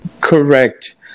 correct